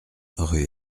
rue